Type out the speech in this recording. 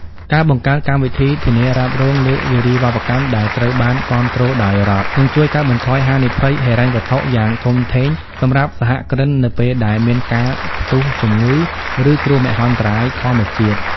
ការបង្កើតកម្មវិធីធានារ៉ាប់រងលើវារីវប្បកម្មដែលត្រូវបានគាំទ្រដោយរដ្ឋ នឹងជួយកាត់បន្ថយហានិភ័យហិរញ្ញវត្ថុយ៉ាងធំធេងសម្រាប់សហគ្រិននៅពេលដែលមានការផ្ទុះជំងឺ ឬគ្រោះមហន្តរាយធម្មជាតិ។